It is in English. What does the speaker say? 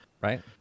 right